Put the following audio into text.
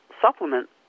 supplement